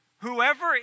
Whoever